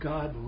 God